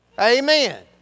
Amen